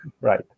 Right